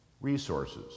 resources